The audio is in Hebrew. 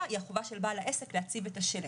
היא החובה של בעל העסק להציב את השלט.